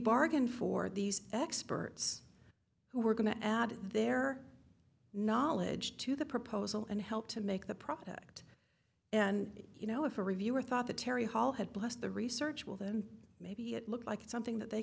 bargained for these experts who were going to add their knowledge to the proposal and help to make the product and you know if a reviewer thought that terry hall had blessed the research well then maybe it looked like something that they